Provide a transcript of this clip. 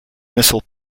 missile